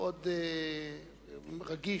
מאוד רגיש,